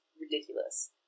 ridiculous